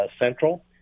central